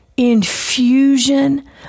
infusion